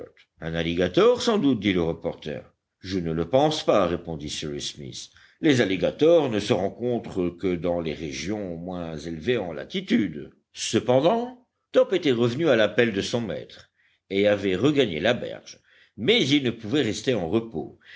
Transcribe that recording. un alligator sans doute dit le reporter je ne le pense pas répondit cyrus smith les alligators ne se rencontrent que dans les régions moins élevées en latitude cependant top était revenu à l'appel de son maître et avait regagné la berge mais il ne pouvait rester en repos